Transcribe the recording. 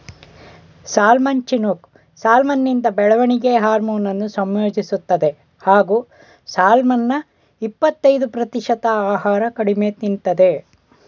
salmon Chinook ಸಾಲ್ಮನಿಂದ ಬೆಳವಣಿಗೆ ಹಾರ್ಮೋನನ್ನು ಸಂಯೋಜಿಸ್ತದೆ ಹಾಗೂ ಸಾಲ್ಮನ್ನ ಇಪ್ಪತಯ್ದು ಪ್ರತಿಶತ ಆಹಾರ ಕಡಿಮೆ ತಿಂತದೆ